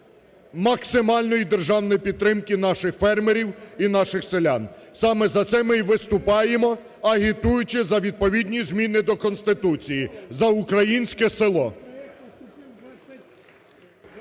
максимальної державної підтримки наших фермерів і наших селян. Саме за це ми і виступаємо, агітуючи за відповідні зміни до Конституції, за українське село.